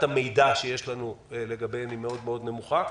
המידע שיש לנו לגביהם היא מאוד נמוכה.